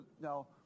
Now